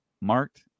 marked